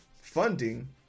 funding